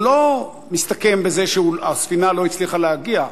הוא לא מסתכם בזה שהספינה לא הצליחה להגיע,